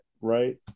right